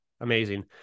Amazing